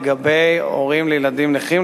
לגבי הורים לילדים נכים,